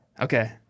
Okay